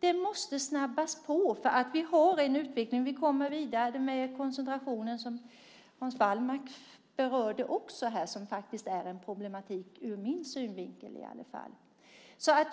Detta måste snabbas på. Vi har, som Hans Wallmark berörde, en utveckling och en koncentration som är problematisk, i alla fall ur min synvinkel.